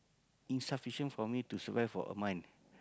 insufficient for me to survive for a month